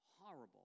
horrible